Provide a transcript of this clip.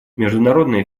международная